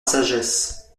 sagesse